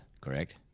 correct